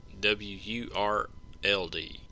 w-u-r-l-d